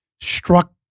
struck